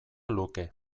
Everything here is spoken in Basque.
luke